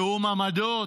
תיאום עמדות.